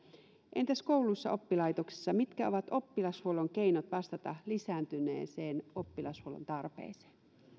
entäs kouluissa oppilaitoksissa mitkä ovat oppilashuollon keinot vastata lisääntyneeseen oppilashuollon tarpeeseen